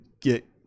Get